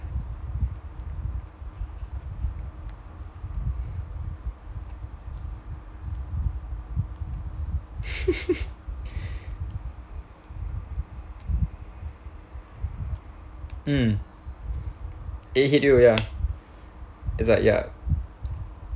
mm it hit you ya is that ya